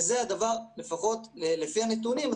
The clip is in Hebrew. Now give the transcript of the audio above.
ולפי הנתונים,